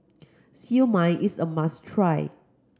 Siew Mai is a must try